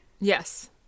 Yes